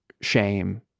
shame